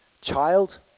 Child